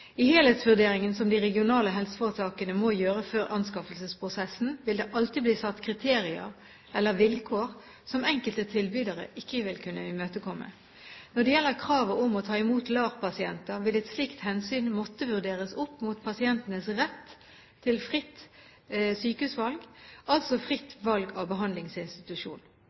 I helhetsvurderingen som de regionale helseforetakene må gjøre før anskaffelsesprosessen, vil det alltid bli satt kriterier eller vilkår som enkelte tilbydere ikke vil kunne imøtekomme. Når det gjelder krav om å ta imot LAR-pasienter, vil et slikt hensyn måtte vurderes opp mot pasientenes rett til fritt sykehusvalg – altså fritt valg av behandlingsinstitusjon.